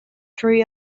tree